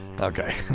okay